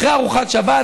אחרי ארוחת שבת,